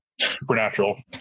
supernatural